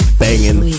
banging